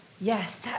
Yes